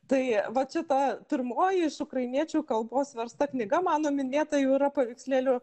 tai va čia ta pirmoji iš ukrainiečių kalbos versta knyga mano minėta jau yra paveikslėlių